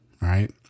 right